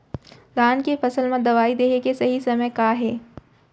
धान के फसल मा दवई देहे के सही समय का हे?